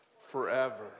forever